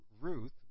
Ruth